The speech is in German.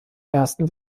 ersten